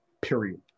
period